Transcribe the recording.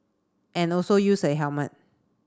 and also use a helmet